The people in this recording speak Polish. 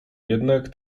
jednak